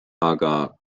aga